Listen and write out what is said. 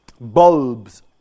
bulbs